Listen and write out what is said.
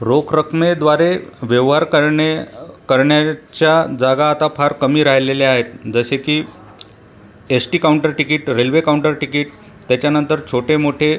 रोख रकमेद्वारे व्यवहार करणे करण्याच्या जागा आता फार कमी राहिलेल्या आहेत जसे की S T counter ticket railway counter ticket त्याच्यानंतर छोटे मोठे